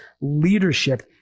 leadership